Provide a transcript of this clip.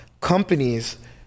companies